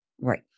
right